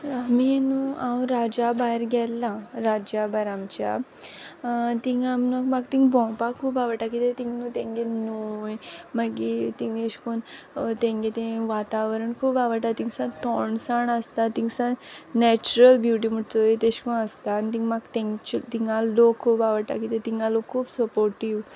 आमी न्हू हांव राज्या भायर गेलां राज्या भायर आमच्या तींग आम न्हू म्हाक तींग भोंवपाक पोडटा कित्याक तींग न्हू तेंगे न्हूंय मागी तींग एशकोन्न तेंगे तें वातावरण खूब आवडटा तींग सामक थोंडसाण आसता तींग सारक नॅचरल ब्युटी म्हूट चोय तेश कोन्न आसता आनी तींग म्हाक तिंगा लोक खूब आवोडटा कित्या तिंगा लोक खूब सपोर्टिव्ह